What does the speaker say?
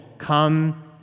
come